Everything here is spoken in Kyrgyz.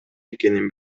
экенин